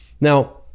Now